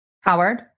Howard